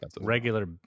regular